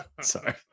Sorry